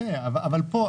אבל פה,